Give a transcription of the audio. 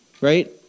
right